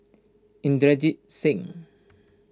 Inderjit Singh